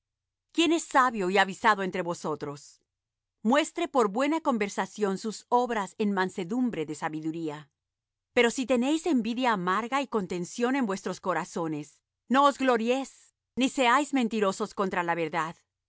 quién es sabio y avisado entre vosotros muestre por buena conversación sus obras en mansedumbre de sabiduría pero si tenéis envidia amarga y contención en vuestros corazones no os gloriés ni seáis mentirosos contra la verdad